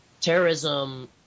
Terrorism